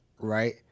Right